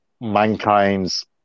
Mankind's